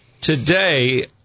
Today